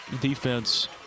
defense